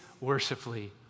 worshipfully